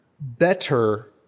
better